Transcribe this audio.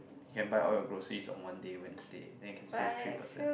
you can buy all your groceries on one day Wednesday then you can save three percent